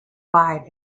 provide